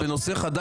בנושא חדש?